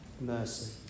mercy